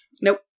Nope